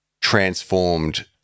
transformed